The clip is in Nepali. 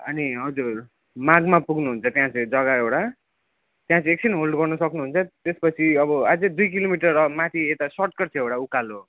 अनि हजुर मेघमा पुग्नुहुन्छ त्यहाँ चाहिँ जग्गा एउटा त्यहाँ एकछिन होल्ड गर्न सक्नुहुन्छ त्यसपछि अब अझै दुई किलोमिटर माथि यता सर्टकट चाहिँ एउटा उकालो